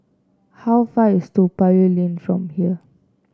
how far away is Toa Payoh Lane from here